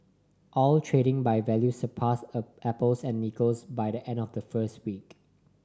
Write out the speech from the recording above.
oil trading by value surpassed apples and nickels by the end of the first week